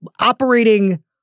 operating